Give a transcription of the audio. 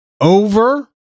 over